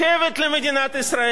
המדינה צריכה שר